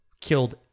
killed